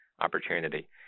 opportunity